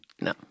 No